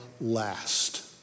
last